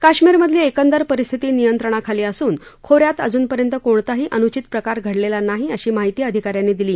कश्मीरमधली एकंदर परिस्थिती नियंत्रणाखाली असून खोऱ्यात अजूनपर्यंत कोणताही अनुचित प्रकार घडलेला नाही अशी माहिती अधिकाऱ्यांनी दिली